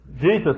Jesus